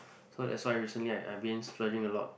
so that's why recently I I been splurging a lot